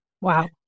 Wow